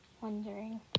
wondering